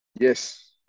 yes